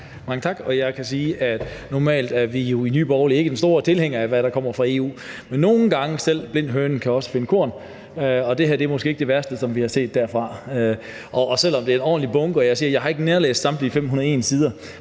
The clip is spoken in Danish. Mange tak. Jeg kan sige, at vi i Nye Borgerlige jo normalt ikke er de store tilhængere af, hvad der kommer fra EU. Men nogle gange kan selv blind høne finde korn, og det her er måske ikke det værste, som vi har set derfra. Selv om det er en ordentlig bunke – og jeg vil sige, at jeg ikke har nærlæst samtlige 501 side,